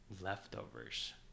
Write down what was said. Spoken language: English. leftovers